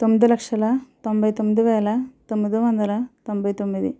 తొమ్మిది లక్షల తొంభై తొమ్మిది వేల తొమ్మిది వందల తొంభై తొమ్మిది